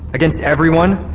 against everyone.